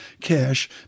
cash